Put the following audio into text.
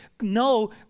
no